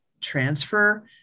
transfer